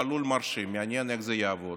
פעלול מרשים, מעניין איך זה יעבוד.